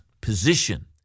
position